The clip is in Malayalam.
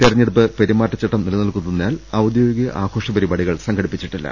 തെരഞ്ഞെടുപ്പ് പെരുമാറ്റച്ചട്ടം നിലനിൽക്കുന്നതിനാൽ ഔദ്യോഗിക ആഘോഷ പരിപാടികൾ സംഘടിപ്പിച്ചിട്ടില്ല